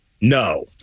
No